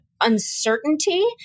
uncertainty